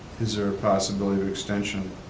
is there a possibility of extension?